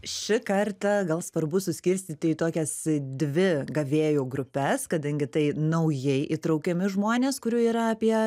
ši kartą gal svarbu suskirstyti į tokias dvi gavėjų grupes kadangi tai naujai įtraukiami žmonės kurių yra apie